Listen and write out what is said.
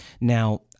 Now